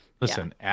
listen